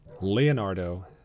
Leonardo